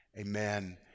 amen